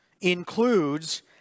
includes